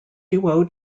duo